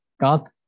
God